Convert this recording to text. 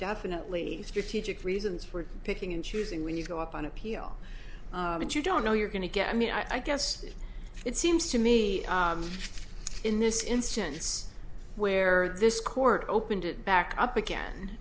definitely strategic reasons for picking and choosing when you go up on appeal but you don't know you're going to get i mean i guess it seems to me in this instance where this court opened it back up again